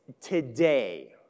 today